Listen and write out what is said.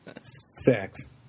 Sex